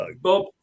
Bob